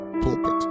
Pulpit